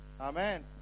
Amen